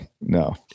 no